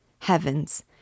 Heavens